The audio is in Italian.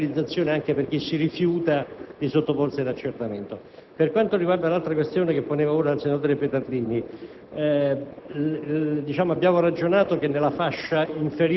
di questo articolo 16 viene reintrodotta la penalizzazione anche per chi si rifiuta di sottoporsi all'accertamento. Per quanto riguarda la questione posta ora dal senatore Peterlini,